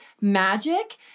magic